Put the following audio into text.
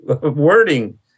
wording